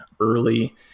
early